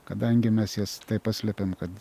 kadangi mes jas taip paslepiam kad